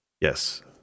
Yes